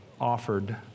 offered